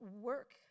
work